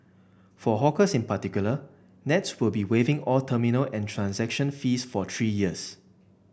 for hawkers in particular Nets will be waiving all terminal and transaction fees for three years